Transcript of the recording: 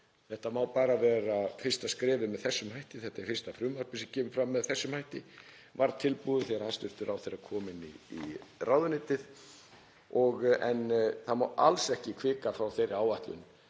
Þetta má bara vera fyrsta skrefið með þessum hætti. Þetta er fyrsta frumvarpið sem kemur fram með þessum hætti, var tilbúið þegar hæstv. ráðherra kom inn í ráðuneytið en það má alls ekki hvika frá þeirri áætlun